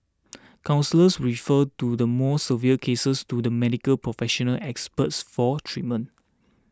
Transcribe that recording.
counsellors refer do the more severe cases to the Medical Professional Experts for treatment